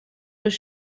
was